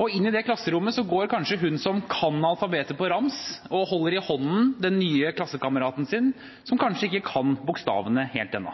Inn i det klasserommet går kanskje hun som kan alfabetet på rams, og holder i hånden den nye klassekameraten sin, som kanskje ikke kan bokstavene helt ennå.